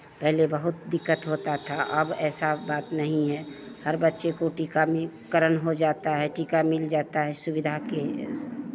पहले बहुत दिक्कत होता था अब ऐसा बात नहीं है हर बच्चे को टीकाकरण हो जाता है टीका मिल जाता है सुविधा के